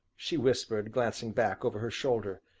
she whispered, glancing back over her shoulder,